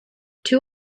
two